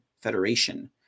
Federation